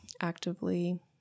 actively